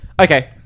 Okay